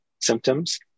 symptoms